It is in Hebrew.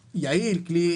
יעיל, כלי